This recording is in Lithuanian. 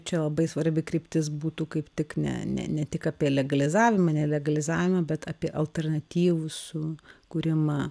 čia labai svarbi kryptis būtų kaip tik ne ne ne tik apie legalizavimą nelegalizavimą bet apie alternatyvų sukūrimą